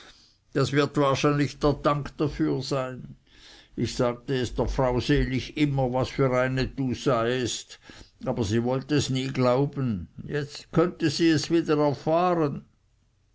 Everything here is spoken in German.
das wird wahrscheinlich der dank dafür sein sollen ich sagte es der frau selig immer was du für eine seiest aber sie wollte es nie glauben jetzt könnte sie es wieder erfahren